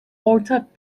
ortak